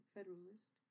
Federalist